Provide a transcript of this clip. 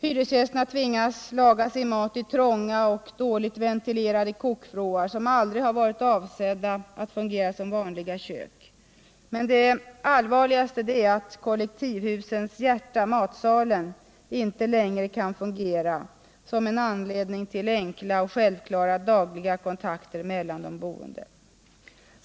Hyresgästerna tvingas laga sin mat i trånga och dåligt ventilerade kokvrår, som aldrig varit avsedda att fungera som vanliga kök. Men det allvarligaste är att kollektivhusens hjärta, matsalen, inte längre kan fungera som en anledning till enkla och självklara dagliga kontakter mellan de boende.